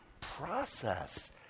process